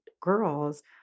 girls